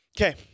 Okay